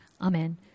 Amen